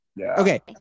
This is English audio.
Okay